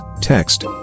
text